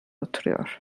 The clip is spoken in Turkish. oturuyor